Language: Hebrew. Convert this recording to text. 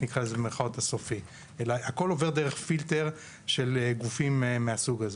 הסופי; הכל עובר דרך פילטר של גופים מהסוג הזה.